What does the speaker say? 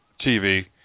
TV